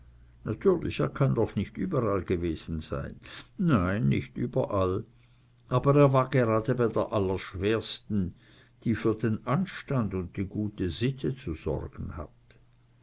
natürlich er kann doch nicht überall gewesen sein nein nicht überall und er war gerade bei der allerschwersten die für den anstand und die gute sitte zu sorgen hat